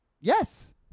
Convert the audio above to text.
Yes